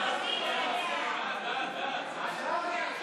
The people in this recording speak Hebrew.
להעביר את הצעת חוק הפחתת הגירעון והגבלת ההוצאה התקציבית (תיקון מס'